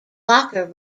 locker